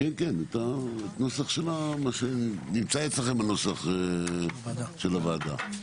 את הנוסח של מה שנמצא אצלכם בנוסח של הוועדה.